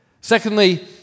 Secondly